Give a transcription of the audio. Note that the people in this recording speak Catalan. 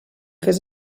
fes